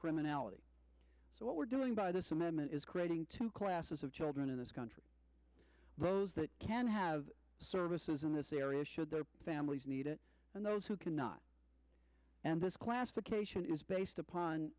criminality so what we're doing by this amendment is creating two classes of children in this country those that can have services in this area should their families need it and those who cannot and this classification is based upon